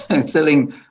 selling